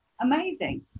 amazing